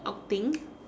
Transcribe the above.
outing